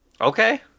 Okay